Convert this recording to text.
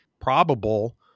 probable